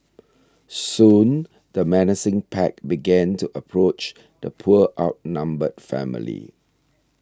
soon the menacing pack began to approach the poor outnumbered family